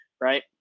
right